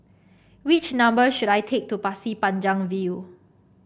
which number should I take to Pasir Panjang View